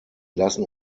lassen